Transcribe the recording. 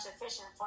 efficient